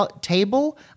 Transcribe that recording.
table